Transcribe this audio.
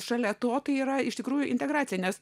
šalia to tai yra iš tikrųjų integracijai nes